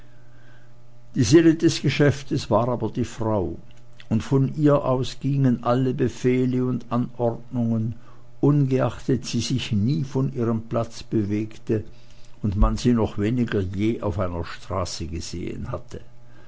die seele des geschäftes war aber die frau und von ihr aus gingen alle befehle und anordnungen ungeachtet sie sich nie von ihrem platze bewegte und man sie noch weniger je auf einer straße gesehen hatte